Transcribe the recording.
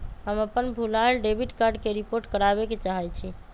हम अपन भूलायल डेबिट कार्ड के रिपोर्ट करावे के चाहई छी